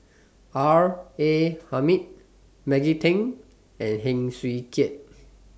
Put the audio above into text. R A Hamid Maggie Teng and Heng Swee Keat